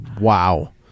Wow